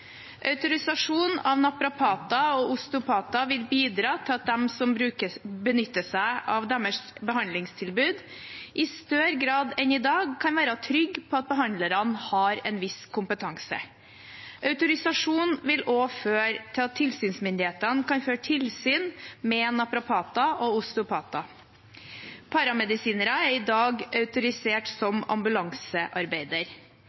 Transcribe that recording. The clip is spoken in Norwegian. Autorisasjon av naprapater og osteopater vil bidra til at de som benytter seg av deres behandlingstilbud, i større grad enn i dag kan være trygg på at behandlerne har en viss kompetanse. Autorisasjon vil også føre til at tilsynsmyndighetene kan føre tilsyn med naprapater og osteopater. Paramedisinere er i dag autorisert